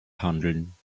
handeln